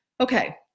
okay